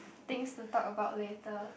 things to talk about later